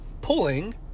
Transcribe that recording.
pulling